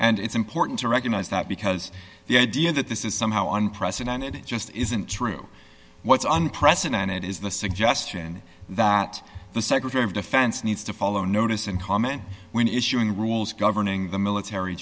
and it's important to recognize that because the idea that this is somehow unprecedented it just isn't true what's unprecedented is the suggestion that the secretary of defense needs to follow notice and comment when issuing the rules governing the military